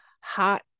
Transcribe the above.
hot